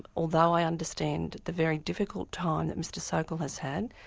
although i understand the very difficult time that mr sokal has had,